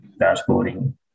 dashboarding